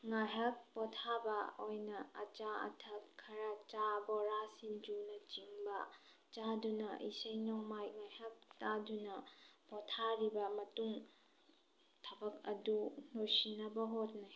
ꯉꯥꯏꯍꯥꯛ ꯄꯣꯊꯥꯕ ꯑꯣꯏꯅ ꯑꯆꯥ ꯑꯊꯛ ꯈꯔ ꯆꯥ ꯕꯣꯔꯥ ꯁꯤꯡꯖꯨꯅꯆꯤꯡꯕ ꯆꯥꯗꯨꯅ ꯏꯁꯩ ꯅꯣꯡꯃꯥꯏ ꯉꯥꯏꯍꯥꯛ ꯇꯥꯗꯨꯅ ꯄꯣꯊꯥꯔꯤꯕ ꯃꯇꯨꯡ ꯊꯕꯛ ꯑꯗꯨ ꯂꯣꯏꯁꯤꯟꯅꯕ ꯍꯣꯠꯅꯩ